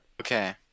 okay